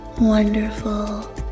wonderful